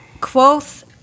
Quoth